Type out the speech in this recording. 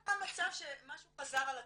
קרה מצב שמשהו חזר על עצמו.